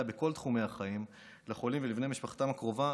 בכל תחומי החיים של החולים ובני משפחתם הקרובה,